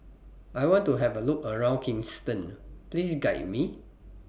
I want to Have A Look around Kingston Please Guide Me